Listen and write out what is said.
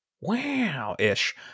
Wow-ish